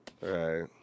Right